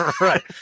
right